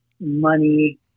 money